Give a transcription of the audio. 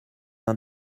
uns